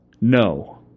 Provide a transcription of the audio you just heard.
No